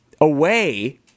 away